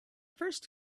first